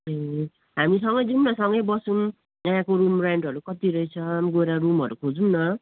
ए हामी सँगै जाउँ न सँगै बसौँ त्यहाँको रुम रेन्टहरू कति रहेछ गएर रुमहरू खोजौँ न